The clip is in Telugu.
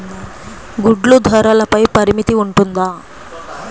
గుడ్లు ధరల పై పరిమితి ఉంటుందా?